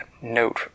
note